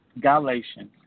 Galatians